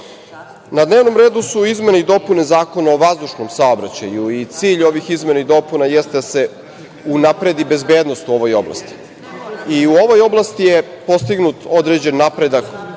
dnevnom redu su izmene i dopune Zakona o vazdušnom saobraćaju. Cilj ovih izmena i dopuna jeste da se unapredi bezbednost u ovoj oblasti. I u ovoj oblasti je postignut određeni napredak